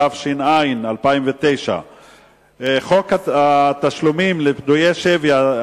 התש"ע 2009. חוק תשלומים לפדויי שבי,